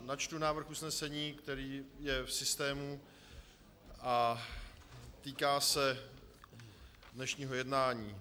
Načtu návrh usnesení, který je v systému a týká se dnešního jednání.